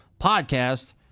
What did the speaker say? podcast